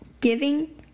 giving